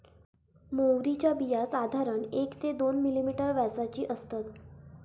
म्होवरीची बिया साधारण एक ते दोन मिलिमीटर व्यासाची असतत